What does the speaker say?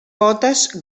potes